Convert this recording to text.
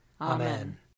Amen